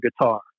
guitar